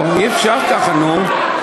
אי-אפשר ככה, נו.